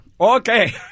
Okay